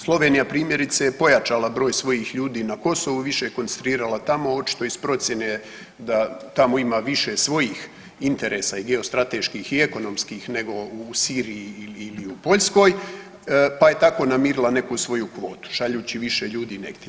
Slovenija, primjerice je pojačala broj svojih ljudi na Kosovu, više koncentrirala tamo, očito iz procjene da tamo ima više svojih interesa i geostrateških i ekonomskih nego u Siriji ili u Poljskoj pa je tako namirila neku svoju kvotu, šaljući više ljudi negdje.